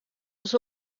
was